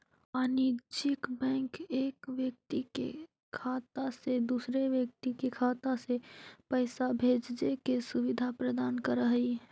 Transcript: वाणिज्यिक बैंक एक व्यक्ति के खाता से दूसर व्यक्ति के खाता में पैइसा भेजजे के सुविधा प्रदान करऽ हइ